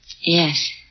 Yes